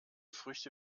früchte